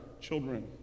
children